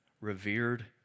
revered